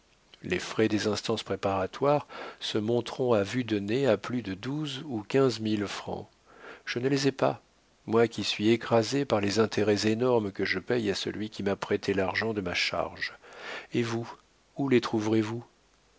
les frais des instances préparatoires se monteront à vue de nez à plus de douze ou quinze mille francs je ne les ai pas moi qui suis écrasé par les intérêts énormes que je paye à celui qui m'a prêté l'argent de ma charge et vous où les trouverez-vous